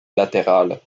latéral